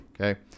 Okay